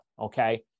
Okay